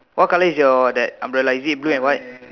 what colour is your that umbrella is it blue and white